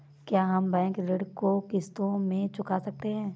क्या हम बैंक ऋण को किश्तों में चुका सकते हैं?